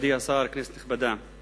מכובדי השר, כנסת נכבדה,